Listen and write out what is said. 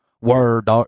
word